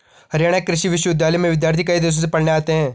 हरियाणा कृषि विश्वविद्यालय में विद्यार्थी कई देशों से पढ़ने आते हैं